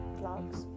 vlogs